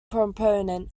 proponent